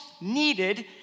needed